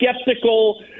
skeptical